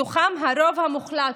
מתוכם הרוב המוחלט,